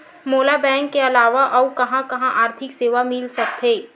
मोला बैंक के अलावा आऊ कहां कहा आर्थिक सेवा मिल सकथे?